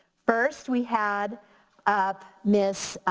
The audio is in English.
first we had up ms.